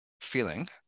feeling